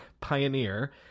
pioneer